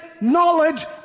knowledge